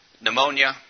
pneumonia